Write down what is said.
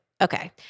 Okay